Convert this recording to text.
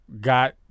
got